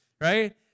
right